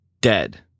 dead